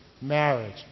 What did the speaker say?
marriage